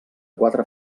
quatre